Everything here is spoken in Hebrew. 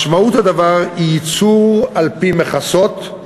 משמעות הדבר היא ייצור על-פי מכסות,